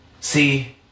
See